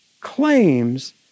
claims